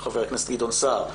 של חה"כ גדעון סער,